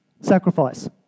Sacrifice